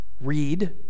read